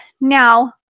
Now